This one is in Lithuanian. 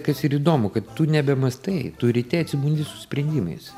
kas ir įdomu kad tu nebemąstai tu ryte atsibundi su sprendimais